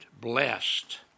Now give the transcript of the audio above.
blessed